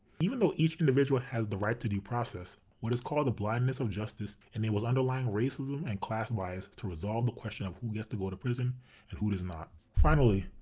even though each individual has the right to due process what is called the blindness of justice enables underlying racism and class bias to resolve the question of who has to go to prison and who does not. finally,